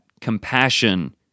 compassion